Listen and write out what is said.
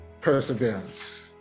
perseverance